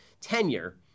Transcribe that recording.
tenure